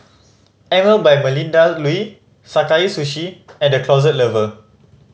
Emel by Melinda Looi Sakae Sushi and The Closet Lover